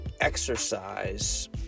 exercise